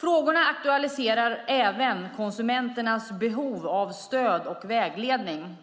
Frågorna aktualiserar även konsumenternas behov av stöd och vägledning.